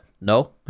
no